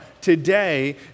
today